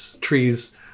trees